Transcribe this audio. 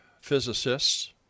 physicists